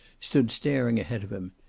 stood staring ahead of him.